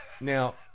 Now